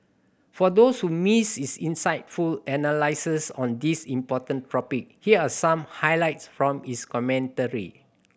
for those who missed his insightful analysis on this important topic here are some highlights from his commentary